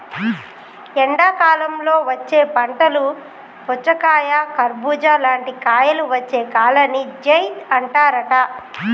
ఎండాకాలంలో వచ్చే పంటలు పుచ్చకాయ కర్బుజా లాంటి కాయలు వచ్చే కాలాన్ని జైద్ అంటారట